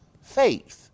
Faith